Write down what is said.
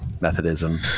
methodism